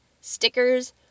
stickers